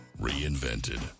reinvented